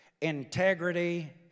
integrity